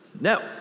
No